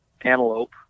antelope